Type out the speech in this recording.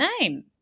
name